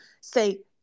say